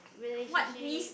relationship